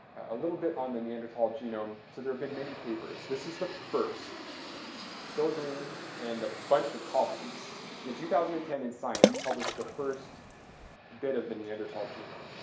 a little bit on the neanderthal genome. so there have been many papers. this is the first phil green and a bunch of colleagues in two thousand and ten in science published the first bit of the neanderthal genome.